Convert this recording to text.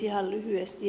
ihan lyhyesti